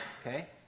okay